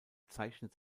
zeichnet